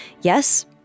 Yes